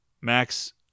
Max